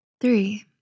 Three